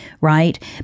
right